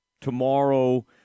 tomorrow